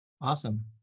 Awesome